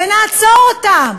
ונעצור אותם